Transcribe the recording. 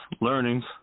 learnings